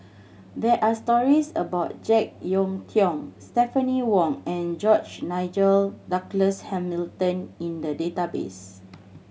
there are stories about Jek Yeun Thong Stephanie Wong and George Nigel Douglas Hamilton in the database